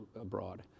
abroad